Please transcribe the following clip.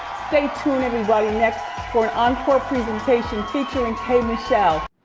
stay tuned everybody next for an encore presentation featuring kay michelle.